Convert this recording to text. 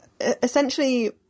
essentially